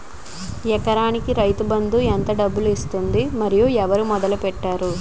ఎకరానికి రైతు బందు ఎంత డబ్బులు ఇస్తుంది? మరియు ఎవరు మొదల పెట్టారు?